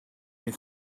you